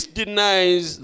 denies